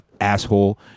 asshole